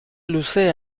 luze